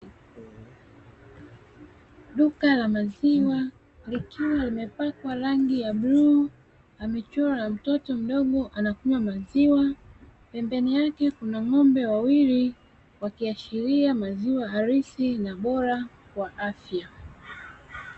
Duka la maziwa likiwa limepakwa rangi ya bluu, amechorwa mtoto mdogo anakunywa maziwa, pembeni yake kuna ng’ombe wawili wakiashiria maziwa halisi na bora kwa afya.